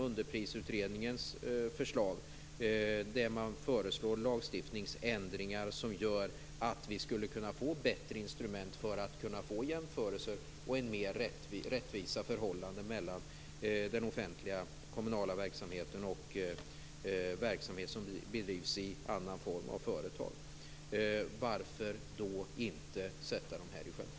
Underprisutredningen föreslår lagstiftningsändringar som gör att vi skulle kunna få bättre instrument för jämförelser och mer rättvisa förhållanden mellan den offentliga kommunala verksamheten och verksamhet som bedrivs i annan form av företag. Varför inte sätta dessa förslag i sjön?